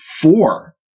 four